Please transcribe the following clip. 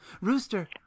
Rooster